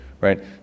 right